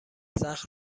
سخت